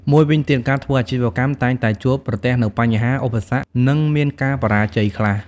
មួយវិញទៀត ការធ្វើអាជីវកម្មតែងតែជួបប្រទះនូវបញ្ហា ឧបសគ្គ និងមានការបរាជ័យខ្លះ។